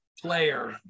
player